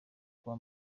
kuba